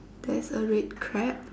there's a red crab